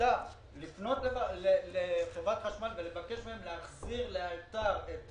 הוועדה לפנות לחברת חשמל ולבקש מהם להחזיר לאלתר את